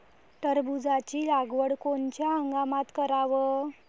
टरबूजाची लागवड कोनत्या हंगामात कराव?